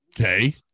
okay